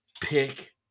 pick